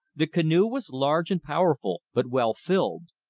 the canoe was large and powerful, but well filled.